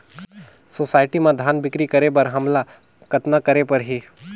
Society म धान बिक्री करे बर हमला कतना करे परही?